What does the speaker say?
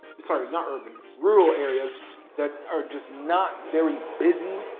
sort of not urban, rural areas that are just not very busy,